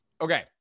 Okay